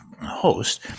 host